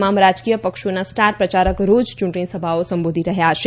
તમામ રાજકીય પક્ષોના સ્ટાર પ્રયારક રોજ યૂંટણી સભાઓ સંબોધી રહ્યાં છે